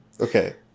Okay